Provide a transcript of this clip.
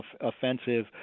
offensive